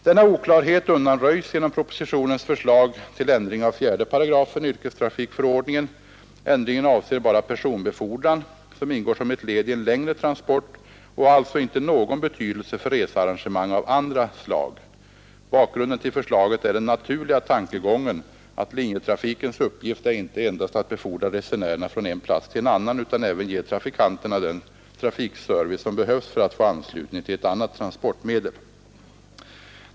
Denna oklarhet undanröjs genom propositionens förslag till ändring av 48 yrkestrafikförordningen. Ändringen avser endast personbefordran som ingår som ett led i en längre transport och har alltså inte någon betydelse för researrangemang av andra slag. Bakgrunden till förslaget är den naturliga tankegången att linjetrafikens uppgift är inte endast att befordra resenärerna från en plats till en annan utan även att ge trafikanterna den trafikservice som behövs för att få anslutning till ett annat transportmedel.